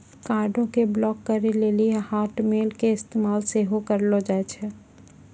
कार्डो के ब्लाक करे लेली हाटमेल के इस्तेमाल सेहो करलो जाय छै